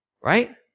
Right